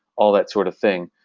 all that sort of thing.